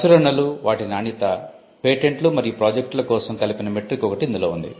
ప్రచురణలు వాటి నాణ్యత పేటెంట్లు మరియు ప్రాజెక్టుల కోసం కలిపిన మెట్రిక్ ఒకటి ఇందులో ఉంది